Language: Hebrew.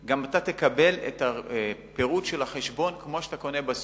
גם אתה תקבל את פירוט החשבון כמו שאתה קונה בסופר: